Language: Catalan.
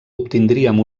obtindríem